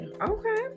okay